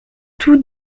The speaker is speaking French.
tous